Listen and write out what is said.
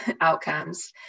outcomes